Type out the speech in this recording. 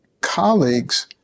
colleagues